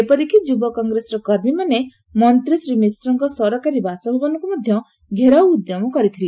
ଏପରିକି ଯୁବ କଂଗ୍ରେସର କର୍ମୀମାନେ ମନ୍ତୀ ଶ୍ରୀ ମିଶ୍ରଙ୍କ ସରକାରୀ ବାସଭବନକୁ ମଧ୍ଧ ଘେରାଉ ଉଦ୍ୟମ କରିଥିଲେ